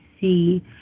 see